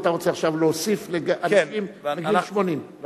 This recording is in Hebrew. ואתה רוצה עכשיו להוסיף אנשים בגיל 80. כן.